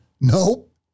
Nope